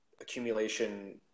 accumulation